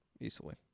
easily